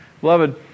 Beloved